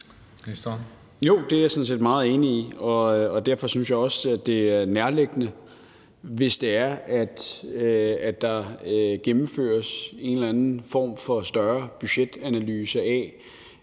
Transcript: Jo, det er jeg sådan set meget enig i. Derfor synes jeg også, at det er nærliggende, hvis der gennemføres en eller anden form for større budgetanalyse af,